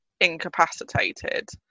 incapacitated